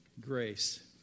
grace